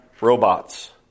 robots